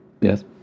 Yes